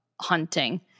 hunting